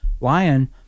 lion